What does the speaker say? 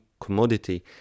commodity